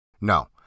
No